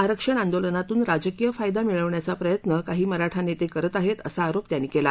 आरक्षण आंदोलनातून राजकीय फायदा मिळवण्याचा प्रयत्न काही मराठा नेते करत आहेत असा आरोप त्यांनी केला